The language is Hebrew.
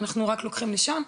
אנחנו רק לוקחים לשם.